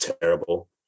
terrible